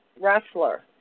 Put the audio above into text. wrestler